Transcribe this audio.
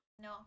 no